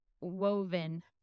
woven